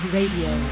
Radio